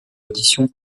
audition